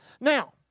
Now